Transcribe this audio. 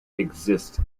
exists